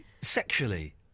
sexually